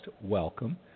welcome